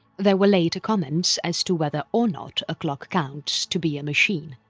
there were later comments as to whether or not a clock counts to be a machine.